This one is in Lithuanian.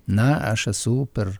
na aš esu per